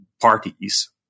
parties